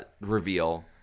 reveal